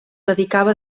dedicava